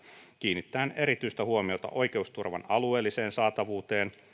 kiinnittäen erityistä huomiota oikeusturvan alueelliseen saatavuuteen